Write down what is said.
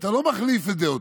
ואתה לא מחליף את דעותיך,